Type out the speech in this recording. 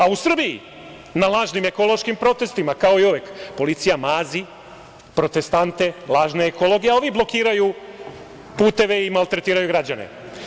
U Srbiji na lažnim ekološkim protestima, kao i uvek, policija mazi protestante, lažne ekologe, a ovi blokiraju puteve i maltretiraju građane.